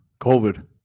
COVID